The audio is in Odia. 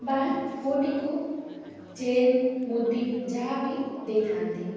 ବା ପୁଅଟିକୁ ଚେନ୍ ମୁଦି ଯାହା ବି ଦେଇଥାନ୍ତି